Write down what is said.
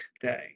today